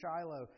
Shiloh